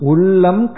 Ullam